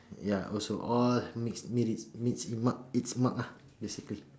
ya also all meets meet it's meets it it's mark lah basically